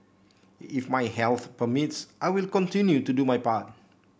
if my health permits I will continue to do my part